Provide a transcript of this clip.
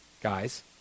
guys